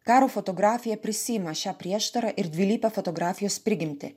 karo fotografija prisiima šią prieštarą ir dvilypę fotografijos prigimtį